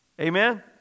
Amen